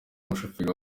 umushoferi